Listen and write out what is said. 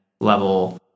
level